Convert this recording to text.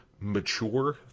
mature